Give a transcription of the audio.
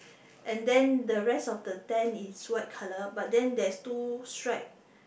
and then the rest of the tent is white colour but then there's two stripe